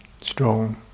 strong